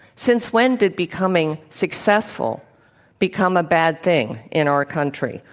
since when did becoming successful become a bad thing in our country?